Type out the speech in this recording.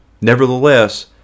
Nevertheless